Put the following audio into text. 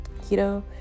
Keto